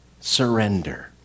surrender